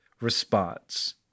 response